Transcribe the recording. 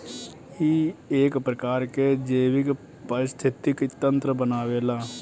इ एक प्रकार के जैविक परिस्थितिक तंत्र बनावेला